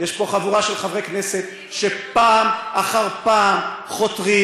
יש פה חבורה של חברי כנסת שפעם אחר פעם חותרים